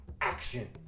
action